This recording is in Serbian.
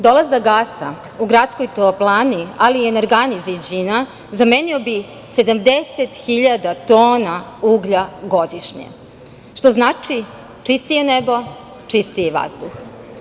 Dolazak gasa u gradskoj toplani, ali i energani „Ziđina“ zamenio bi 70.000 tona uglja godišnje, što znači – čistije nebo, čistiji vazduh.